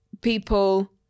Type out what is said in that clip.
people